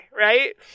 right